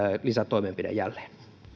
lisätoimenpide jälleen